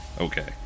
okay